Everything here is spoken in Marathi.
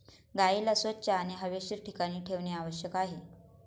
गाईला स्वच्छ आणि हवेशीर ठिकाणी ठेवणे आवश्यक आहे